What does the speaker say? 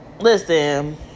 Listen